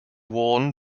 worn